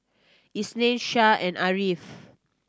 Isnin Shah and Ariff